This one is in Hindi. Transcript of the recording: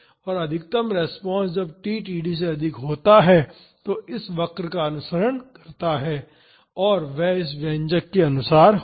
और अधिकतम रिस्पांस जब t td से अधिक होता है तो यह इस वक्र का अनुसरण करता है और वह इस व्यंजक के अनुसार होगा